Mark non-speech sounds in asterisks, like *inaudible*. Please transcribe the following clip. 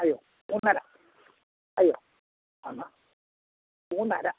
അതെയോ മൂന്നര *unintelligible* മൂന്നര